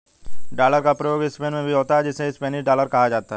dollar का प्रयोग Spain में भी होता है जिसे स्पेनिश डॉलर कहा जाता है